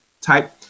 type